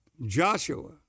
Joshua